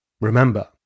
Remember